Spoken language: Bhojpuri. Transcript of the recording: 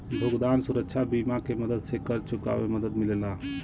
भुगतान सुरक्षा बीमा के मदद से कर्ज़ चुकावे में मदद मिलेला